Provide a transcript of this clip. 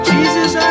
Jesus